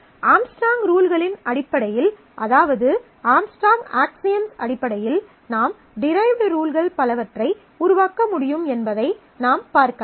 Armstrong ரூல்களின் அடிப்படையில் அதாவது ஆம்ஸ்ட்ராங் ஆக்ஸியம்ஸ் அடிப்படையில் நாம் டிரைவ்ட் ரூல்கள் பலவற்றை உருவாக்க முடியும் என்பதை நாம் பார்க்கலாம்